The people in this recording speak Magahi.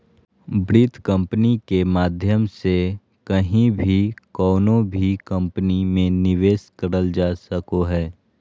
वित्त कम्पनी के माध्यम से कहीं भी कउनो भी कम्पनी मे निवेश करल जा सको हय